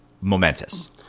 momentous